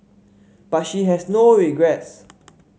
but she has no regrets